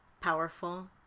powerful